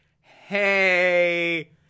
hey